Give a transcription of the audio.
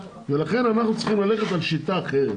לכן אנחנו צריכים ללכת על שיטה אחרת.